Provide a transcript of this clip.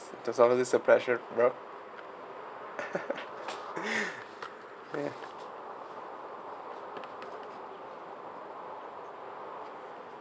there's all of this uh pressure bro ya